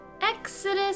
Exodus